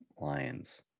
Lions